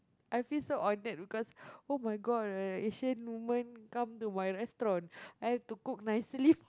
I feel so honoured because [oh]-my-god as Asian woman come to my restaurant I have to cook nicely